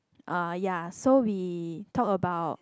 uh ya so we talk about